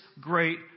great